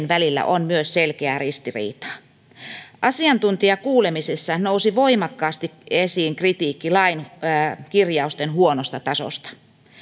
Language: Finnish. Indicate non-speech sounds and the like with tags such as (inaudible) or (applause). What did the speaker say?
(unintelligible) välillä on myös selkeää ristiriitaa asiantuntijakuulemisissa nousi voimakkaasti esiin kritiikki lain kirjausten huonosta tasosta